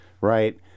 right